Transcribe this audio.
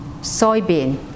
soybean